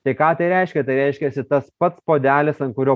tai ką tai reiškia tai reiškiasi tas pats puodelis ant kurio